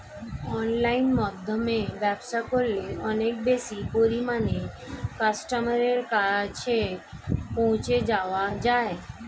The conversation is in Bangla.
অনলাইনের মাধ্যমে ব্যবসা করলে অনেক বেশি পরিমাণে কাস্টমারের কাছে পৌঁছে যাওয়া যায়?